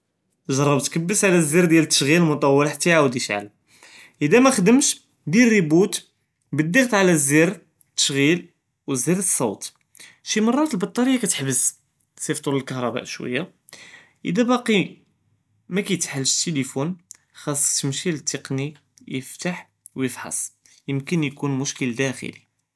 ג׳רב תּכְּבּס עלא זַר תַּשְעִיל מְטֻול אִדָא מַחַדֶםש דיר רִיבּוּט בּדַּקַּט עלא זַר תַּשְעִיל וְזַר צוּת שִי מֻרַאת, בַּטַּארִיָה כַּתַחְבּס זֵיפְטוּ לַכְּהַרְבָּאִי שוִיָה אִדָא בַּאקִי מַכּיִתְחַלַש חַסְכּ תִּמְשִי לְתַקְנִי יִפְתַח וְיִפְסַח יֻמְכֶּן יְכּוֹן מֻשְכִּיל דַּاخְלִי.